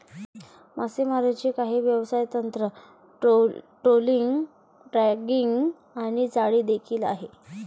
मासेमारीची काही व्यवसाय तंत्र, ट्रोलिंग, ड्रॅगिंग आणि जाळी देखील आहे